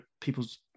people's